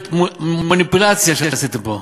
מניפולציה שעשיתם פה,